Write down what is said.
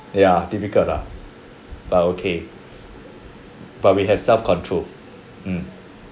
ya difficult lah but okay but we have self control mm